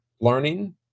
learning